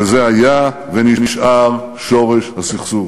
וזה היה ונשאר שורש הסכסוך.